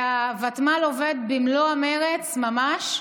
הוותמ"ל עובד במלוא המרץ ממש,